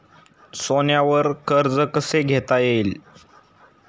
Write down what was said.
सोन्यावर कर्ज कसे घेता येईल?